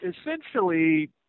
essentially